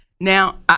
Now